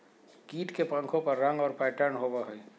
कीट के पंखों पर रंग और पैटर्न होबो हइ